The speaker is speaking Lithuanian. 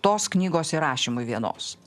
tos knygos įrašymui vienos